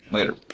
Later